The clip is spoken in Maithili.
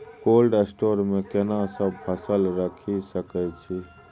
कोल्ड स्टोर मे केना सब फसल रखि सकय छी?